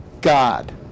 God